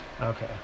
Okay